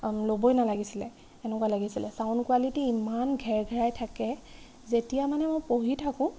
ল'বই নালাগিছিল এনেকুৱা লাগিছিল চাউণ্ড কোৱালিটী ইমান ঘেৰঘেৰাই থাকে যেতিয়া মানে মই পঢ়ি থাকোঁ